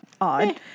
odd